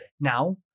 Now